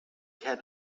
had